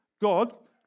God